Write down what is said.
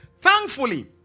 Thankfully